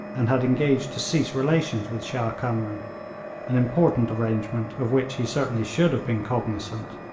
and had engaged to cease relations with shah kamran an important arrangement of which he certainly should have been cognisant.